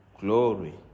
glory